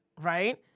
Right